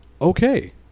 okay